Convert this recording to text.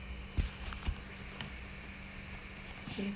okay